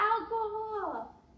alcohol